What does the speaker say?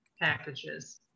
packages